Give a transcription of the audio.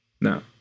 No